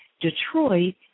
Detroit